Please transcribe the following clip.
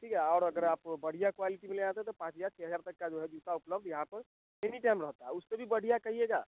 ठीक है और अगर आपको बढ़िया क्वालिटी के ले जाते हैं तो पाँच हज़ार छः तक का जो है जूता उपलब्ध यहाँ पर एनीटाइम रहता है उससे भी बढ़िया कहिएगा